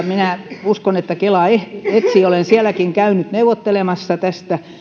minä uskon että kela etsii ratkaisuja olen sielläkin käynyt neuvottelemassa tästä